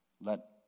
let